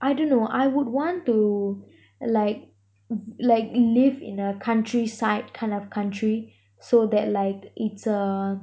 I dunno I would want to like like live in the countryside kind of country so that like it's a